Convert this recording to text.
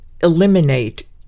eliminate